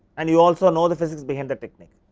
and you also know the physics behind the technique.